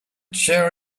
cheer